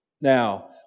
Now